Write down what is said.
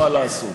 מה לעשות.